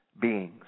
beings